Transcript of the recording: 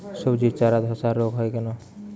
সবজির চারা ধ্বসা রোগ কেন হয়?